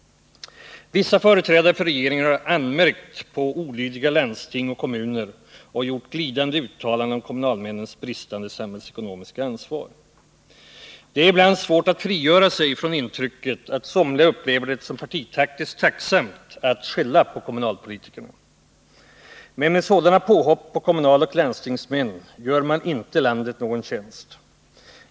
Vissa företrädare för regeringen har anmärkt på olydiga landsting och kommuner, och man har gjort glidande uttalanden om kommunalmännens bristande samhällsekonomiska ansvar. Det är ibland svårt att frigöra sig från intrycket att somliga upplever det som partitaktiskt tacksamt att skälla på kommunalpolitikerna. Men med sådana påhopp på kommunalmän och landstingsmän gör man inte landet någon tjänst.